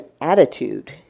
attitude